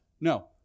No